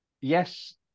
Yes